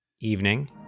evening